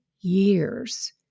years